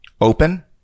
open